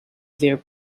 their